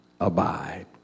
abide